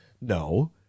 No